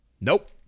Nope